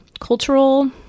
cultural